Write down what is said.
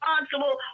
responsible